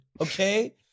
okay